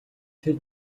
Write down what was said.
тэр